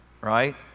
right